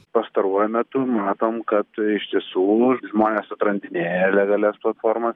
pastaruoju metu matom kad iš tiesų žmonės atrandinėja legalias platformas